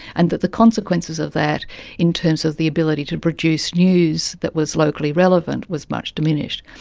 and that the consequences of that in terms of the ability to produce news that was locally relevant was much diminished.